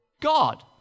God